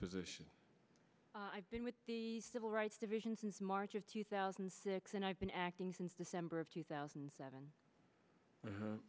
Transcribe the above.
position i've been with the civil rights division since march of two thousand and six and i've been acting since december of two thousand and seven